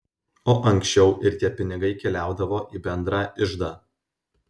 o ankščiau ir tie pinigai keliaudavo į bendrą iždą